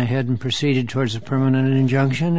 ahead and proceeded towards a permanent injunction